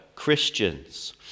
Christians